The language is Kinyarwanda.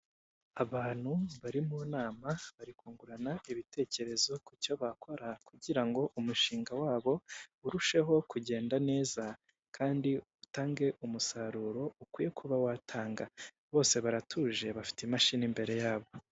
Abantu bari mu nama bari kungurana ibitekerezo ku cyo bakora, kugira ngo umushinga wabo urusheho kugenda neza kandi utange umusaruro ukwiye kuba watanga. Bose baratuje bafite imashini imbere yabo.